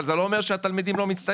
אבל זה לא אומר שהתלמידים לא מצטיינים,